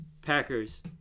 Packers